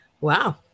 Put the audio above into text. Wow